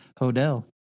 Hodel